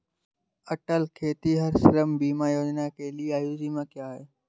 अटल खेतिहर श्रम बीमा योजना के लिए आयु सीमा क्या है?